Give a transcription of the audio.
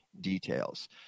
details